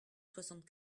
soixante